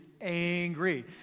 angry